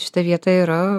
šita vieta yra